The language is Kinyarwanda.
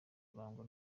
kurangwa